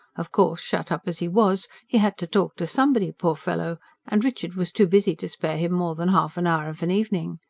of course, shut up as he was, he had to talk to somebody, poor fellow and richard was too busy to spare him more than half an hour of an evening.